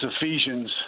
Ephesians